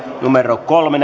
kolme